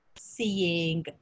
seeing